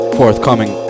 forthcoming